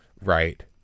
Right